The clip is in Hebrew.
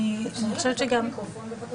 נניח ואני מגיע לקלפי במושב שלי ונתתי